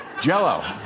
Jello